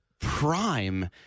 prime –